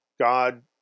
God